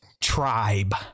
Tribe